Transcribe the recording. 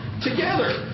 together